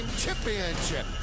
championship